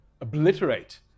obliterate